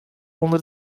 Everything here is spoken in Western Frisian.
ûnder